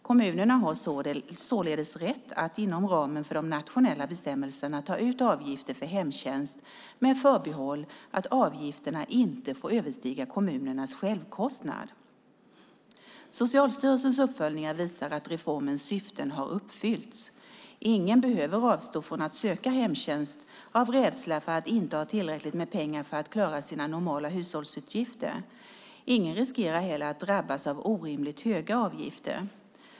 Kommunerna har således rätt att inom ramen för de nationella bestämmelserna ta ut avgifter för hemtjänst med förbehåll att avgifterna inte får överstiga kommunens självkostnad. Socialstyrelsens uppföljningar visar att reformens syften har uppfyllts. Ingen behöver avstå från att söka hemtjänst av rädsla för att inte ha tillräckligt med pengar för att klara sina normala hushållsutgifter. Ingen riskerar heller att drabbas av orimligt höga avgifter.